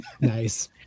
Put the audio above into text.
Nice